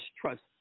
trust